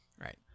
Right